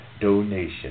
donation